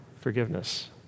forgiveness